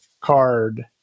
card